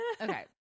Okay